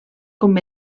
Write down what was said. com